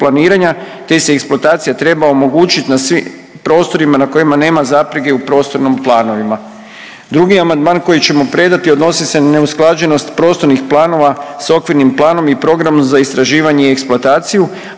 te se eksploatacija treba omogućit na svim prostorima na kojima nema zapreke u prostornom planovima. Drugi amandman koji ćemo predati odnosi se na neusklađenost prostornih planova s okvirnim planom i programom za istraživanje i eksploataciju,